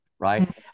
Right